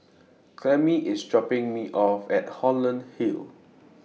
Clemmie IS dropping Me off At Holland Hill